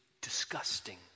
disgusting